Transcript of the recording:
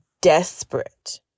desperate